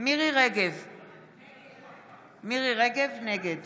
מירי מרים רגב, נגד